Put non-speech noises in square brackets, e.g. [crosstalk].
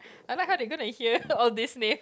I like how they gonna hear [laughs] all this name